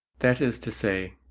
that is to say,